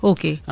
Okay